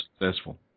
successful